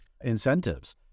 incentives